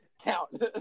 count